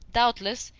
doubtless,